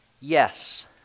yes